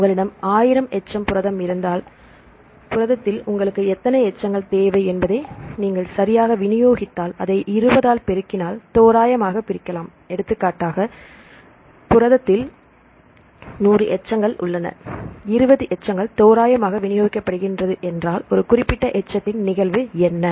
உங்களிடம் 1000 எச்சம் புரதம் இருந்தால் புரதத்தில் உங்களுக்கு எத்தனை எச்சங்கள் தேவை என்பதை நீங்கள் சரியாக விநியோகித்தால் அதை 20 ஆல் பெருக்கினால் தோராயமாக பிரிக்கலாம் எடுத்துக்காட்டாக புரதத்தில் 100 எச்சங்கள் உள்ளன 20 எச்சங்கள் தோராயமாக விநியோகிக்கப்படுகின்றன என்றாள் ஒரு குறிப்பிட்ட எச்சத்தின் நிகழ்வு என்ன